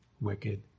wicked